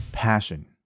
passion